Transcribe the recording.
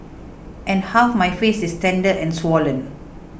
and half my face is tender and swollen